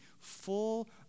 full